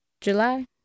July